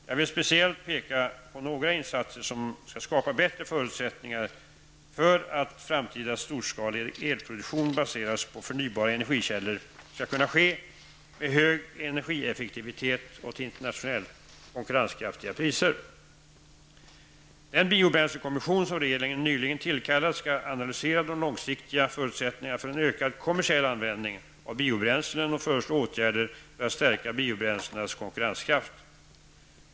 Jag vill speciellt peka på några insatser som skall skapa bättre förutsättningar för att framtida storskalig elproduktion baserad på förnybara energikällor skall kunna ske med hög energieffektivitet och till internationellt konkurrenskraftiga priser. Den biobränslekommission, som regeringen nyligen har tillkallat, skall analysera de långsiktiga förutsättningarna för en ökad kommersiell användning av biobränslen och föreslå åtgärder för att stärka biobränslenas konkurrenskraft.